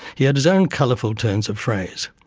he had his own colourful turns of phrase.